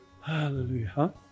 Hallelujah